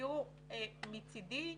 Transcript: תראו, מצידי,